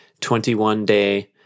21-day